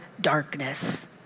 darkness